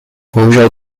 bohužel